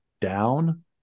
down